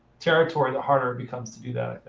territory, the harder it becomes to do that,